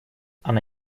она